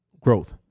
growth